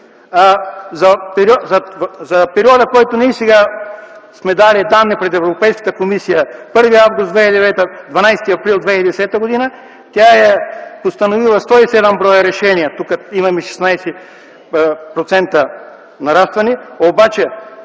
за периода, за който сега сме дали данни пред Европейската комисия - 1 август 2009 - 12 април 2010 г., тя е постановила 107 броя решения. Тук имаме 16% нарастване, обаче